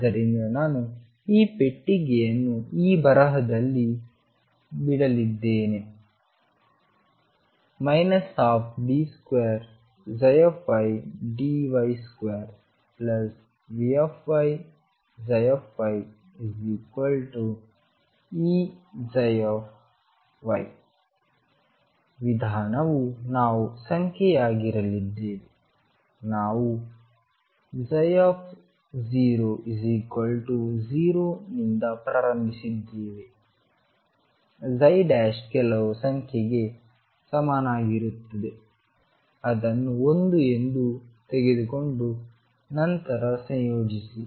ಆದ್ದರಿಂದ ನಾನು ಈ ಪಟ್ಟಿಯನ್ನು ಈ ಬರಹದಲ್ಲಿ ಬಿಡಲಿದ್ದೇನೆ 12d2ydy2V ψyEψ ವಿಧಾನವು ನಾವು ಸಂಖ್ಯೆಯಾಗಿರಲಿದ್ದೇವೆ ನಾವು 00 ನಿಂದ ಪ್ರಾರಂಭಿಸಿದ್ದೇವೆ ಕೆಲವು ಸಂಖ್ಯೆಗೆ ಸಮನಾಗಿರುತ್ತದೆ ಅದನ್ನು 1 ಎಂದು ತೆಗೆದುಕೊಂಡು ನಂತರ ಸಂಯೋಜಿಸಿ